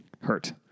hurt